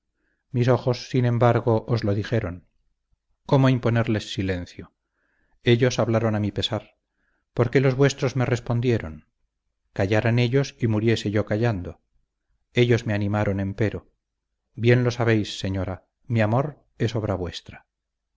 mis ojos sin embargo os lo dijeron cómo imponerles silencio ellos hablaron a mi pesar por qué los vuestros me respondieron callaran ellos y muriese yo callando ellos me animaron empero bien lo sabéis señora mi amor es obra vuestra